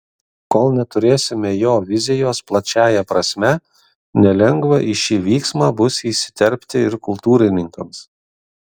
kol neturėsime jo vizijos plačiąja prasme nelengva į šį vyksmą bus įsiterpti ir kultūrininkams